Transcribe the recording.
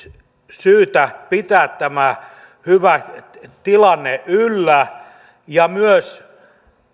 syytä pitää tämä hyvä tilanne yllä ja myös